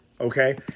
okay